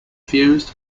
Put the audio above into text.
fused